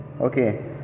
okay